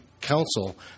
council